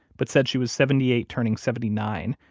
but said she was seventy eight turning seventy nine,